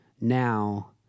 now